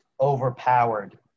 overpowered